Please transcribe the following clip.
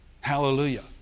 Hallelujah